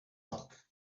luck